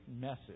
message